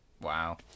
Wow